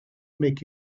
make